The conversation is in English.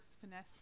finesse